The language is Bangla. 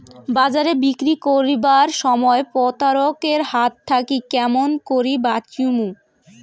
বাজারে বিক্রি করিবার সময় প্রতারক এর হাত থাকি কেমন করি বাঁচিমু?